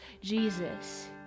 Jesus